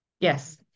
Yes